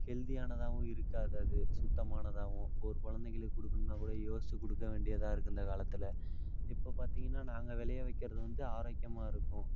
ஹெல்தியானதாகவும் இருக்காது அது சுத்தமானதாகவும் இப்போ ஒரு குழந்தைங்களுக்கு கொடுக்கணுன்னா கூட யோசிச்சு கொடுக்க வேண்டியதாக இருக்கு இந்த காலத்தில் இப்போ பார்த்திங்கன்னா நாங்கள் விளையவிக்கறது வந்து ஆரோக்கியமாக இருக்கும்